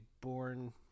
born